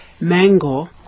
Mango